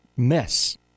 mess